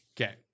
Okay